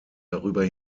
darüber